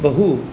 बहु